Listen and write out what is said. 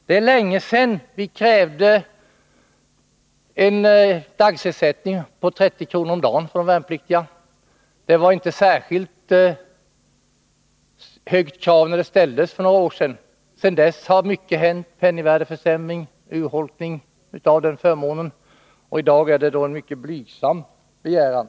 Det är länge sedan vi krävde en ersättning på 30 kr. om dagen för de värnpliktiga. Det var inte någon särskilt hög ersättning, när det kravet ställdes för några år sedan. Sedan dess har mycket hänt — penningvärdeförsämringen t.ex. — som urholkat den förmånen, och i dag är detta en mycket blygsam begäran.